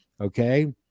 okay